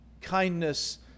Kindness